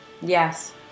Yes